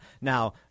Now